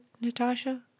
Natasha